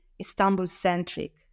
Istanbul-centric